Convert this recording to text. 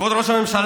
כבוד ראש הממשלה,